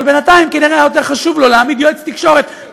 אבל בינתיים כנראה היה יותר חשוב לו להעמיד יועץ תקשורת,